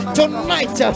tonight